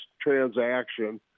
transaction